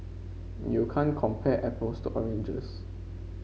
you can't compare apples to oranges